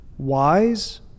Wise